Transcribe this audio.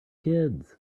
kids